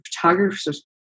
photographer's